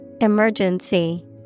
Emergency